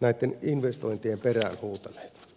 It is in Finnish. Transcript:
näitten investointien perään huutaneet